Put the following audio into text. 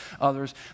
others